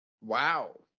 Wow